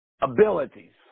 abilities